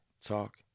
talk